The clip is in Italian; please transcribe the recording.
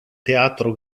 teatro